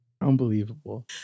Unbelievable